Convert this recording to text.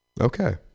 Okay